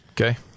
Okay